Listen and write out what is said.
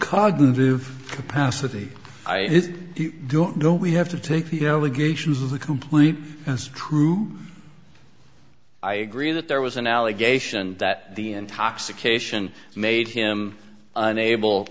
cognitive capacity i don't know we have to take the gages of the complete and true i agree that there was an allegation that the intoxication made him unable